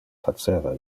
faceva